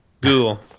Google